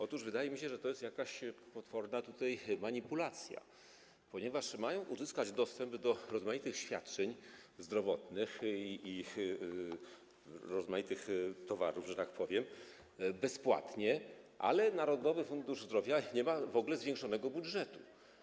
Otóż wydaje mi się, że to jest jakaś potworna manipulacja, ponieważ one mają uzyskać dostęp do rozmaitych świadczeń zdrowotnych i rozmaitych towarów, że tak powiem, bezpłatnie, ale Narodowy Fundusz Zdrowia nie ma w ogóle zwiększonego budżetu.